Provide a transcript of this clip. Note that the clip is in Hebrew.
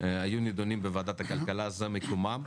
היו נידונות בוועדת הכלכלה, זה מקומן.